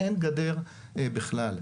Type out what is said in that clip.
אין גדר בכלל.